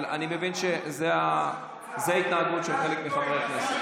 אבל אני מבין שזו ההתנהגות של חלק מחברי הכנסת.